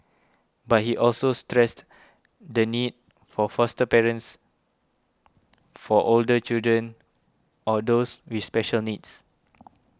but he also stressed the need for foster parents for older children or those with special needs